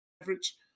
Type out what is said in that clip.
average